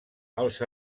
els